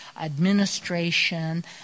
administration